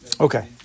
Okay